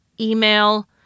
email